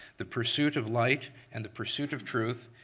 the pursuit of light and the pursuit of truth,